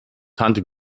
tante